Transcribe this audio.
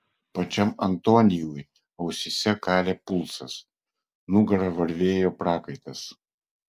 pačiam antoniui ausyse kalė pulsas nugara varvėjo prakaitas